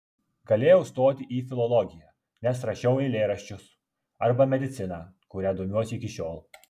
galėjau stoti į filologiją nes rašiau eilėraščius arba mediciną kuria domiuosi iki šiol